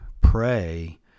pray